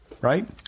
right